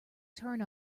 turn